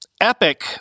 Epic